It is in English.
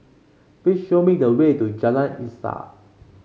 please show me the way to Jalan Insaf